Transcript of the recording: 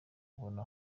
kubona